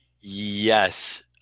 yes